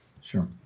Sure